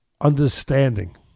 understanding